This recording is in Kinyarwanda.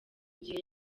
gihe